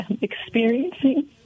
experiencing